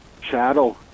shadow